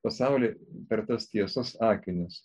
pasaulį per tos tiesos akinius